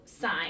sign